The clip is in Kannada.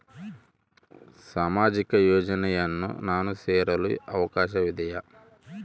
ಸಾಮಾಜಿಕ ಯೋಜನೆಯನ್ನು ನಾನು ಸೇರಲು ಅವಕಾಶವಿದೆಯಾ?